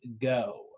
go